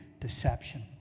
deception